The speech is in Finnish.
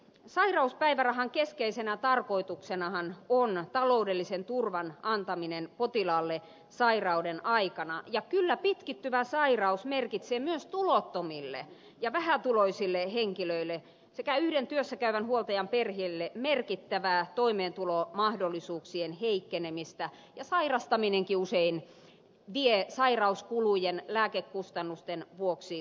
sairauspäivärahan keskeisenä tarkoituksenahan on taloudellisen turvan antaminen potilaalle sairauden aikana ja kyllä pitkittyvä sairaus merkitsee myös tulottomille ja vähätuloisille henkilöille sekä yhden työssä käyvän huoltajan perheille merkittävää toimeentulomahdollisuuksien heikkenemistä ja sairastaminenkin usein vie sairauskulujen lääkekustannusten vuoksi rahaa